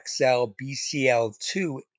BCL2